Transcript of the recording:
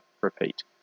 repeat